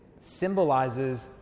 symbolizes